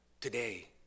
today